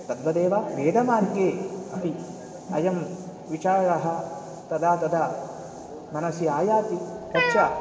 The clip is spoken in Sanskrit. तद्वदेव वेदमार्गे अपि अयं विचाराः तदा तदा मनसि आयाति तच्च